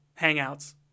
hangouts